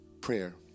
prayer